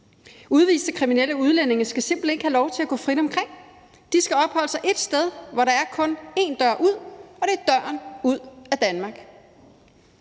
Udviste kriminelle udlændinge skal simpelt hen ikke have lov til at gå frit omkring. De skal opholde sig et sted, hvor der kun er én dør ud, og det er døren ud af Danmark.